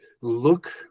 look